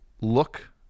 look